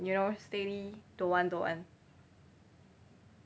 you know steady don't want don't want